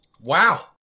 Wow